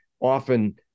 often